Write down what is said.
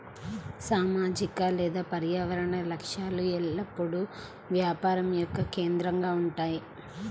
సామాజిక లేదా పర్యావరణ లక్ష్యాలు ఎల్లప్పుడూ వ్యాపారం యొక్క కేంద్రంగా ఉంటాయి